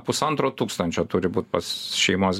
pusantro tūkstančio turi būt pas šeimos